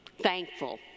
thankful